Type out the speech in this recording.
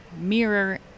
Mirror